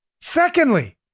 Secondly